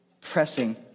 pressing